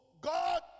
God